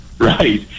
Right